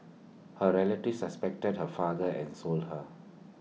her relatives has suspected her father had sold her